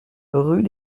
rue